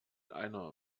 einer